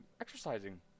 exercising